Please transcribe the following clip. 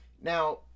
Now